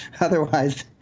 Otherwise